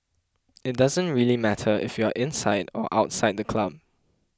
it doesn't really matter if you are inside or outside the club